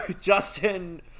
Justin